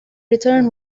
return